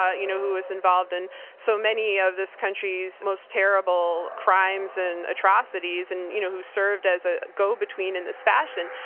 ah you know who was involved in so many of this country's terrible crimes and atrocities, and you know, who served as a go-between in this fashion.